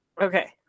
Okay